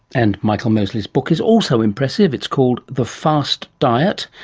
and michael mosley's book is also impressive, it's called the fast diet,